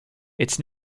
its